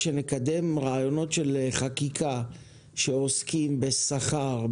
כשנקדם רעיונות של חקיקה שעוסקים בשכר,